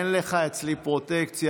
אין לך אצלי פרוטקציה,